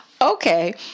Okay